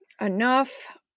enough